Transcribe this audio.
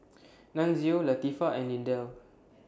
Nunzio Latifah and Lindell